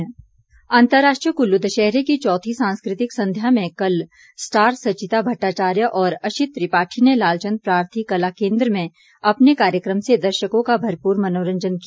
कल्ल् दशहरा अंतर्राष्ट्रीय कुल्लू दशहरे की चौथी सांस्कृतिक संध्या में कल स्टार सचिता भट्टाचार्य और अशित त्रिपाठी ने लालचंद प्रार्थी कला केन्द्र में अपने कार्यक्रम से दर्शकों का भरपूर मनोरंजन किया